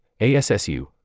ASSU